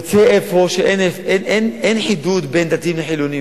יוצא אפוא שאין חידוד בין דתיים לחילונים.